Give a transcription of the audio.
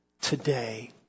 today